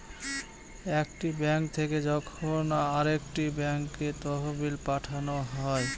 একটি ব্যাঙ্ক থেকে যখন আরেকটি ব্যাঙ্কে তহবিল পাঠানো হয়